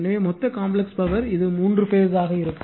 எனவே மொத்த complex power இது மூன்று பேஸ் ஆக இருக்கும்